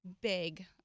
big